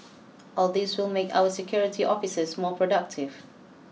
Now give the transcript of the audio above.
all these will make our security officers more productive